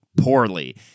poorly